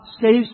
saves